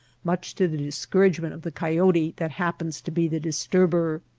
much to the discouragement of the coyote that happens to be the disturber.